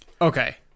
Okay